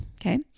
okay